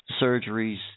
surgeries